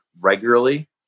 regularly